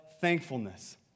thankfulness